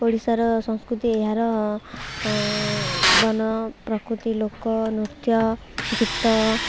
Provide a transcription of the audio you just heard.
ଓଡ଼ିଶାର ସଂସ୍କୃତି ଏହାର ବନ ପ୍ରକୃତି ଲୋକ ନୃତ୍ୟ ଗୀତ